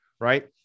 right